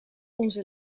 onze